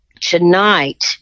Tonight